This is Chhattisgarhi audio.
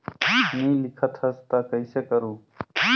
नी लिखत हस ता कइसे करू?